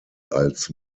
als